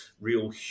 real